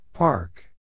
Park